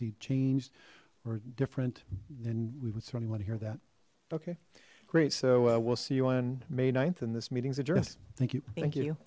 see changed or different then we would certainly want to hear that okay great so we'll see you on may th in this meetings address thank you thank you